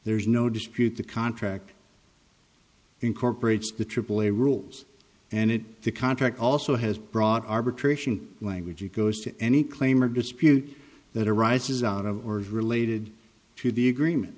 there is no dispute the contract incorporates the aaa rules and it the contract also has brought arbitration language it goes to any claim or dispute that arises out of or related to the agreement